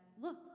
Look